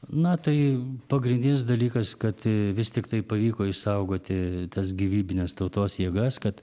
na tai pagrindinis dalykas kad vis tiktai pavyko išsaugoti tas gyvybines tautos jėgas kad